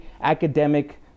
academic